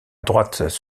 droite